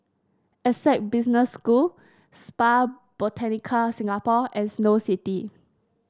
Essec Business School Spa Botanica Singapore and Snow City